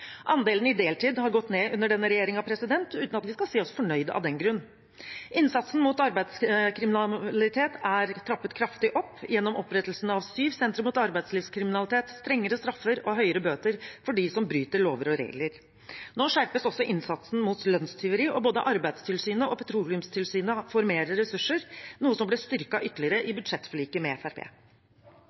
Andelen i deltidsstillinger har gått ned under denne regjeringen, uten at vi skal si oss fornøyde av den grunn. Innsatsen mot arbeidskriminalitet er trappet kraftig opp gjennom opprettelsen av syv sentre mot arbeidslivskriminalitet, strengere straffer og høyere bøter for dem som bryter lover og regler. Nå skjerpes også innsatsen mot lønnstyveri, og både Arbeidstilsynet og Petroleumstilsynet får mer ressurser, noe som ble styrket ytterligere i budsjettforliket med